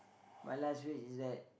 my last wish is that